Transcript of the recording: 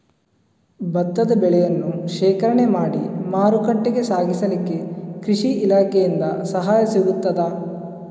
ಭತ್ತದ ಬೆಳೆಯನ್ನು ಶೇಖರಣೆ ಮಾಡಿ ಮಾರುಕಟ್ಟೆಗೆ ಸಾಗಿಸಲಿಕ್ಕೆ ಕೃಷಿ ಇಲಾಖೆಯಿಂದ ಸಹಾಯ ಸಿಗುತ್ತದಾ?